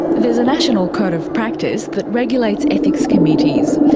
there's a national code of practice that regulates ethics committees.